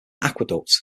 aqueduct